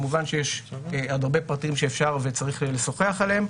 כמובן יש עוד הרבה פרטים שאפשר וצריך לשוחח עליהם.